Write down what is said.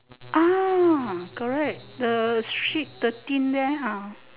ah correct the street thirteen there ha